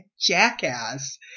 jackass